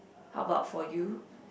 how about for you